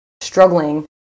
struggling